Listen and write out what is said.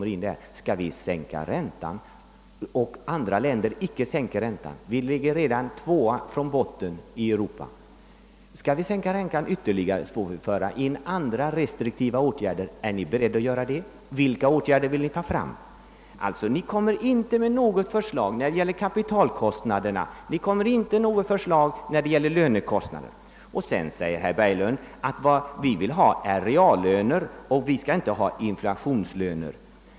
Vårt land ligger redan tvåa från botten i Europa när det gäller ränteläget, och om vi skall sänka räntan ytterligare, medan andra länder inte gör det, får vi införa andra restriktiva åtgärder. Är ni beredda att göra det? Vilka åtgärder vill ni föreslå? Ni kommer inte med något förslag när det gäller kapitalkostnaderna, inte heller när det gäller lönekostnaderna. Herr Berglund säger att det ni vill ha är reallöner och inte inflationslöner.